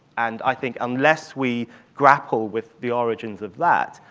and i think unless we grapple with the origins of that,